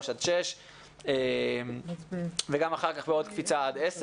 עד שש וגם אחר כך בעוד קפיצה עד גיל עשר.